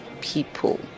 people